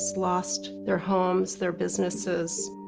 lost their homes, their businesses,